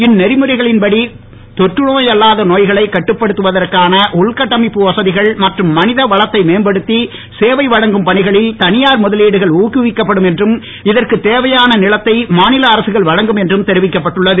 இந்நெறிமுறைகளின் படி தொற்றுநோய் அல்லாத நோய்களை கட்டுப்படுத்துவதற்கான உள்கட்டமைப்பு வசதிகள் மற்றும் மனித வளத்தை மேம்படுத்தி சேவை வழங்கும் பணிகளில் தனியார் முதலீடுகள் ஊக்கவிக்கப்படும் என்றும் இதற்கு தேவையான நிலத்தை மாநில அரசுகள் வழங்கும் என்றும் தெரிவிக்கப்பட்டுள்ளது